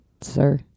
sir